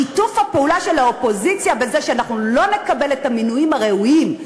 שיתוף הפעולה של האופוזיציה בזה שאנחנו לא נקבל את המינויים הראויים,